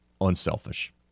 unselfish